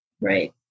right